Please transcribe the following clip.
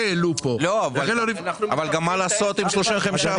לא, אבל גם מה לעשות עם 35%?